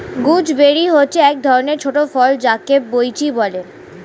gooseberry হচ্ছে এক ধরণের ছোট ফল যাকে বৈঁচি বলে